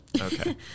Okay